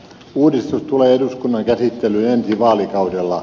uudistus tulee eduskunnan käsittelyyn ensi vaalikaudella